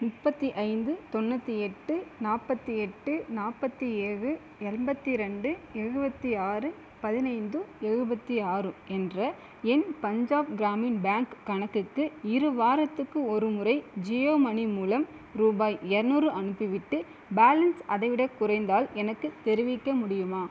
முப்பத்தி ஐந்து தொண்ணூற்றி எட்டு நாற்பத்தி எட்டு நாற்பத்தி ஏழு எண்பத்தி ரெண்டு எழுபத்தி ஆறு பதினைந்து எழுபத்தி ஆறு என்ற என் பஞ்சாப் கிராமின் பேங்க் கணக்குக்கு இரு வாரத்துக்கு ஒரு முறை ஜியோ மணி மூலம் ரூபாய் இரநூறு அனுப்பிவிட்டு பேலன்ஸ் அதைவிடக் குறைந்தால் எனக்குத் தெரிவிக்க முடியுமா